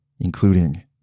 including